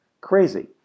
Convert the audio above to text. Crazy